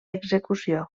execució